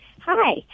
Hi